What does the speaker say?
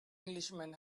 englishman